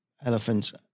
elephants